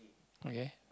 okay